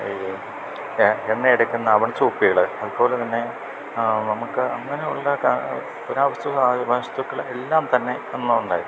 എണ്ണ എടുക്കുന്ന ഔണ്സ് കുപ്പികള് അതുപോലെ തന്നെ നമുക്ക് അങ്ങനെയുള്ള പുരവസ്തുക്കള് എല്ലാം തന്നെ അന്ന് ഉണ്ടായിരുന്നു